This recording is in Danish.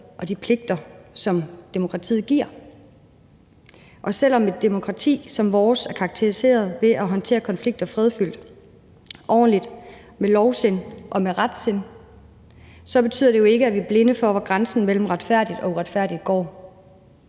og de pligter, som demokratiet giver. Og selv om et demokrati som vores er karakteriseret ved at håndtere konflikter fredfyldt, ordentligt, med lovsind og med retsind, så betyder det jo ikke, at vi er blinde for, hvor grænsen mellem retfærdigt og uretfærdigt går.